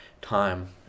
time